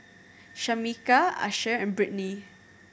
Shameka Asher and Brittany